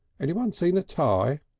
anyone seen a tie?